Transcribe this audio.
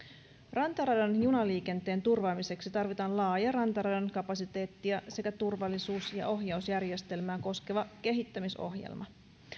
rantaradan junaliikenteen turvaamiseksi tarvitaan laaja rantaradan kapasiteettia sekä turvallisuus ja ohjausjärjestelmää koskeva kehittämisohjelma